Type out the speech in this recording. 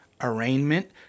arraignment